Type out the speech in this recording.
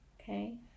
Okay